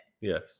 Yes